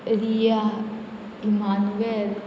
Riya Emmanuel